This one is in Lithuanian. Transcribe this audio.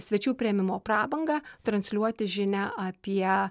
svečių priėmimo prabangą transliuoti žinią apie